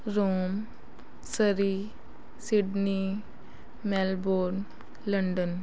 Rome Surrey Sydney Melbourne London